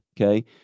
okay